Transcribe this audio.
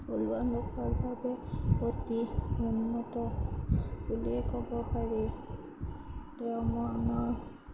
থলুৱা লোকৰ বাবে অতি উন্নত বুলিয়েই ক'ব পাৰি